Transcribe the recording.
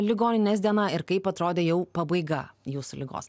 ligoninės diena ir kaip atrodė jau pabaiga jūsų ligos